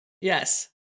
Yes